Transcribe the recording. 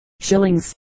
shillings